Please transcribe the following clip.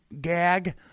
gag